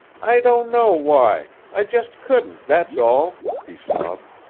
i don't know why i just couldn't, that's all, he sobbed.